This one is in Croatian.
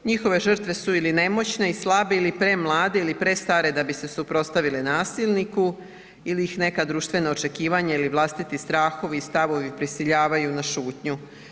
Njihove žrtve su ili nemoćne i slabe ili premlade ili prestare da bi se suprotstavile nasilniku ili ih neka društvena očekivanja ili vlastiti strahovi i stavovi prisiljavaju na šutnju.